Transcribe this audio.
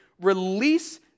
release